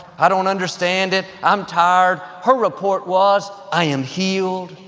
i don't understand it. i'm tired. her report was, i am healed,